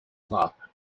clock